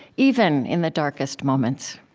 even in the darkest moments.